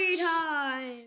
time